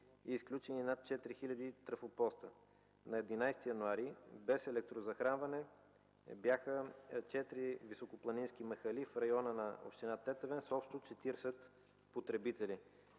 и изключени над 4000 трафопоста. На 11 януари без електрозахранване бяха четири високопланински махали в района на община Тетевен с общо 40 потребители,